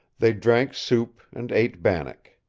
they drank soup and ate bannock.